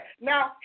Now